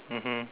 mmhmm